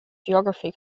geography